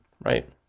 right